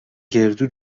گردو